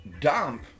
dump